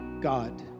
God